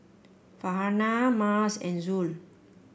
Farhanah Mas and Zul